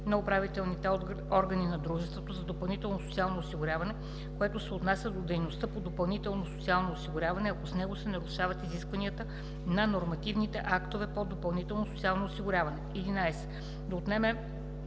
на управителните органи на дружеството за допълнително социално осигуряване, което се отнася до дейността по допълнително социално осигуряване, ако с него се нарушават изискванията на нормативните актове по допълнително социално осигуряване; 11. да отнеме